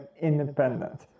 independent